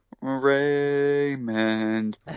Raymond